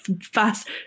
fast